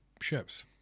ships